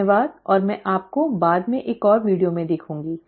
धन्यवाद और मैं आपको बाद में एक और वीडियो में देखूंगी